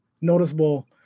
noticeable